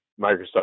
microsoft